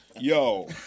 Yo